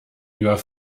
lieber